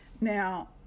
Now